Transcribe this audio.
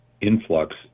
influx